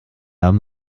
haben